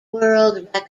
world